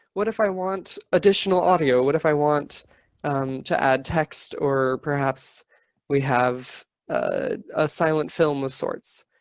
what if i want additional audio? what if i want to add text or perhaps we have a silent film of sort. so